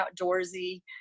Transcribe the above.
outdoorsy